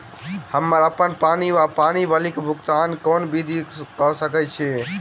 हम्मर अप्पन पानि वा पानि बिलक भुगतान केँ विधि कऽ सकय छी?